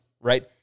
right